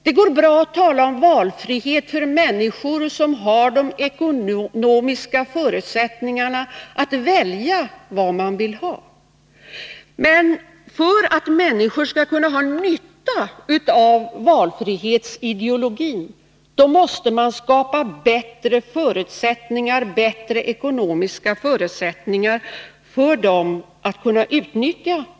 Det går bra att tala om valfrihet för människor som har de ekonomiska förutsättningarna att välja vad de vill ha. Men för att människor skall ha någon nytta av valfrihetsideologin måste bättre ekonomiska förutsättningar skapas.